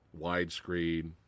widescreen